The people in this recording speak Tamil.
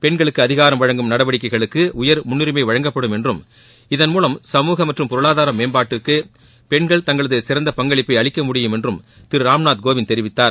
பெண்களுக்கு அதிகாரம் வழங்கும் நடவடிக்கைகளுக்கு உயர் முன்னுரிமை வழங்கப்படும் என்றும் இதன் மூலம் சமூக மற்றும் பொருளாதார மேம்பாட்டுக்கு பெண்கள் தங்களது சிறந்த பங்களிப்பை அளிக்க முடியும் என்றும் திரு ராம்நாத் கோவிந்த் தெரிவித்தார்